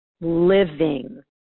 living